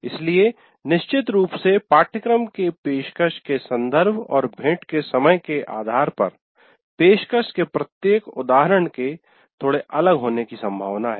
इसलिए निश्चित रूप से पाठ्यक्रम के पेशकश के संदर्भ और भेंट के समय के आधार पर पेशकश के प्रत्येक उदाहरण के थोड़ा अलग होने की संभावना है